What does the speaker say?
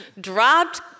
dropped